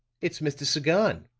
it's mr. sagon,